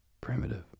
primitive